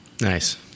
nice